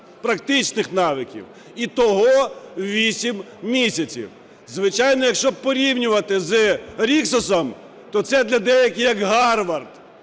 практичних навиків. Ітого 8 місяців. Звичайно, якщо порівнювати з "Ріксосом", то це для деяких як Гарвард.